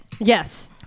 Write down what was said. Yes